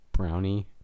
brownie